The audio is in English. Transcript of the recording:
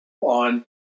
on